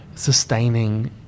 sustaining